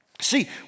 See